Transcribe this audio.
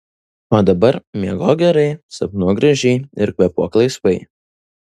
o dabar miegok gerai sapnuok gražiai ir kvėpuok laisvai